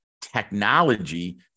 technology